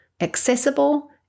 accessible